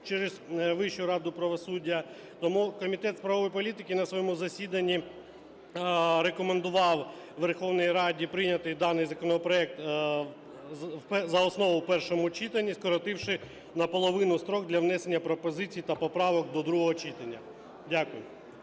через Вищу раду правосуддя. Тому Комітет з правової політики на своєму засіданні рекомендував Верховній Раді прийняти даний законопроект за основу в першому читанні, скоротивши наполовину строк для внесення пропозицій та поправок до другого читання. Дякую.